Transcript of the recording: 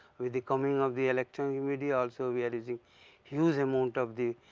with the coming of the electronic media also we are using huge amount of the,